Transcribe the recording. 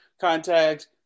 contact